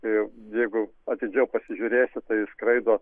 ir jeigu atidžiau pasižiūrėsi tai skraido